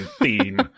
theme